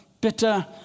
bitter